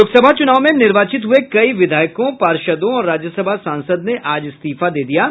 लोकसभा चुनाव में निर्वाचित हुए कई विधायकों पार्षदों और राज्यसभा सांसद ने आज इस्तीफा दे दिया है